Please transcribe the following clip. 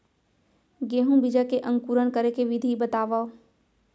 गेहूँ बीजा के अंकुरण करे के विधि बतावव?